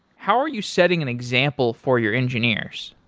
how are you setting an example for your engineers?